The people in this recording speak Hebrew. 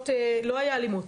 לא הייתה אלימות,